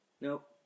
Nope